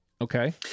Okay